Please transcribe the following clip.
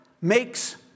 makes